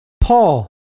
Paul